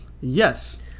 Yes